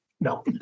No